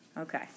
Okay